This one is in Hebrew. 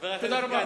חבר הכנסת כץ,